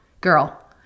Girl